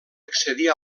accedir